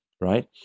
right